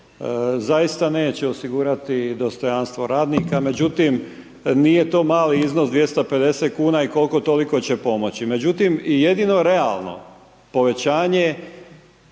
zaista neće osigurati dostojanstvo radnika međutim nije to mali iznos 250 kuna i koliko toliko će pomoći. Međutim i jedino realno povećanje